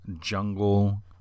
Jungle